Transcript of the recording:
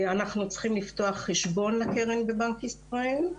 אנחנו צריכים לפתוח חשבון לקרן בבנק ישראל,